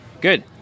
Good